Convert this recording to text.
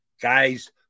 guys